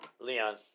Leon